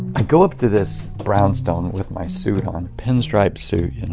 i go up to this brownstone with my suit on pinstripe suit. you know,